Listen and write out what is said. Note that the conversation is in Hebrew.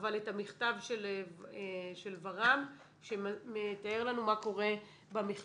אבל את המכתב של ור"מ שמתאר לנו מה קורה במכללות.